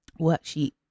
worksheet